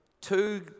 two